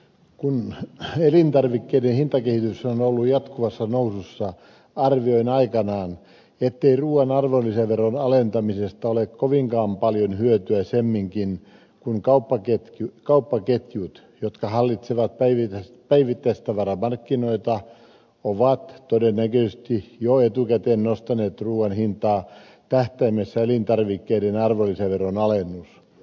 kun elintarvikkeiden hintakehitys on ollut jatkuvassa nousussa arvioin aikanaan ettei ruuan arvonlisäveron alentamisesta ole kovinkaan paljon hyötyä semminkin kun kauppaketjut jotka hallitsevat päivittäistavaramarkkinoita ovat todennäköisesti jo etukäteen nostaneet ruuan hintaa tähtäimessä elintarvikkeiden arvonlisäveron alennus